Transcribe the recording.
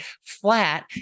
flat